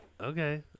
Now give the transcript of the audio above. Okay